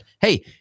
hey